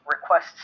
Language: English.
requests